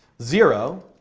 zero,